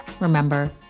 Remember